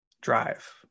drive